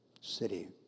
city